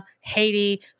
Haiti